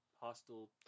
hostile